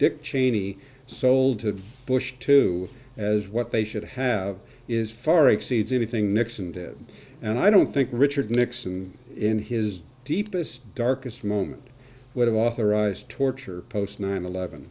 dick cheney sold to bush two as what they should have is far exceeds anything nixon and i don't think richard nixon in his deepest darkest moment would have authorized torture post nine eleven